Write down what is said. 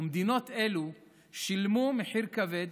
ומדינות אלו שילמו מחיר כבד,